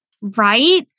Right